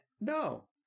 No